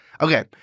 Okay